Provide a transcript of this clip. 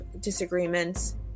disagreements